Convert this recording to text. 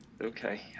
Okay